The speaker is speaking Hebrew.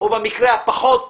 או במקרה הפחות טוב למשטרה.